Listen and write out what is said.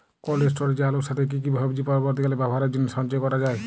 Cold স্টোরেজে আলুর সাথে কি কি সবজি পরবর্তীকালে ব্যবহারের জন্য সঞ্চয় করা যায়?